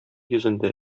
йөзендә